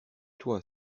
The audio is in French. toi